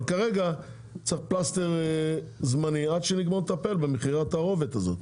אבל כרגע צריך פלסטר זמני עד שנגמור לטפל במחירי התערובת הזאת.